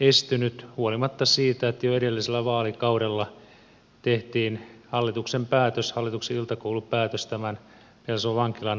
estynyt huolimatta siitä että jo edellisellä vaalikaudella tehtiin hallituksen iltakoulupäätös tämän pelson vankilan peruskorjaamisesta